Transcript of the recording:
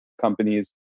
companies